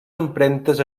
empremtes